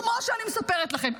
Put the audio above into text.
זה כמו שאני מספרת לכם.